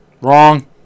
Wrong